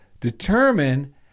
determine